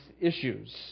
issues